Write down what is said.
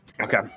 Okay